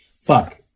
fuck